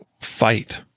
fight